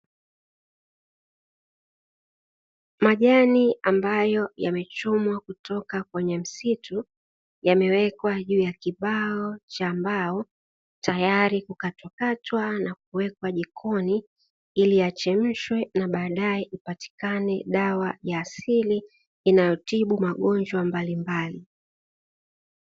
Majani ambayo yamechumwa kutoka kwenye msitu, yamewekwa juu ya kibao cha mbao tayari kukatwakatwa na kuwekwa jikoni ili yachemshwe, na baadaye upatikane dawa ya asili inayotibu magonjwa mbalimbali.